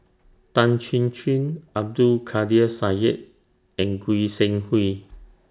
Tan Chin Chin Abdul Kadir Syed and Goi Seng Hui